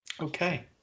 Okay